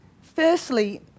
Firstly